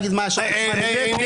אני לא יודע להגיד --- היא מהנהנת.